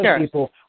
people